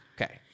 Okay